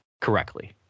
correctly